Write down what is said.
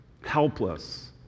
Helpless